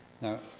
Now